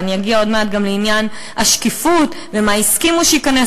ואגיע עוד מעט גם לעניין השקיפות ומה הסכימו שייכנס